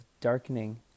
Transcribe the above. darkening